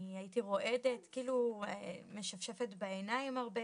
אני הייתי רועדת, משפשפת בעיניים הרבה